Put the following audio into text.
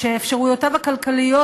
שהאפשרויות הכלכליות